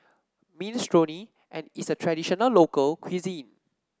Minestrone and is a traditional local cuisine